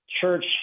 church